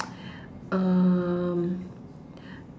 um